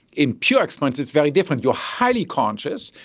in pure experience it's very different. you are highly conscious.